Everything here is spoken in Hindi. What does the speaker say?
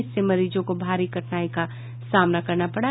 इससे मरीजों को भारी कठिनाई का सामना करना पडा